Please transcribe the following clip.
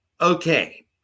Okay